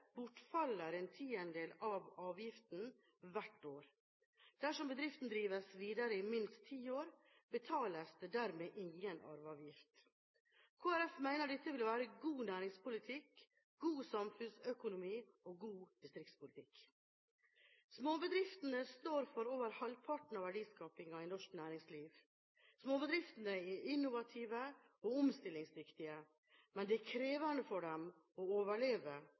bortfaller en tiendedel av avgiften hvert år. Dersom bedriften drives videre i minst ti år, betales det dermed ingen arveavgift. Kristelig Folkeparti mener dette vil være god næringspolitikk, god samfunnsøkonomi og god distriktspolitikk. Småbedriftene står for over halvparten av verdiskapingen i norsk næringsliv. Småbedriftene er innovative og omstillingsdyktige, men det er krevende for dem å overleve